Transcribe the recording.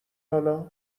حالا